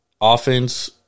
offense